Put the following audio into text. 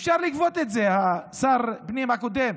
אפשר לגבות את זה, שר הפנים הקודם.